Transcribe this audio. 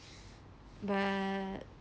but